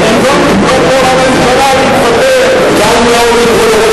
במקום לגרום פה לממשלה להתפטר, קל מאוד לקרוא לראש